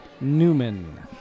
Newman